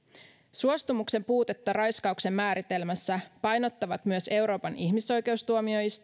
suostumuksen puutetta raiskauksen määritelmässä painottavat myös euroopan ihmisoikeustuomioistuin kansainvälinen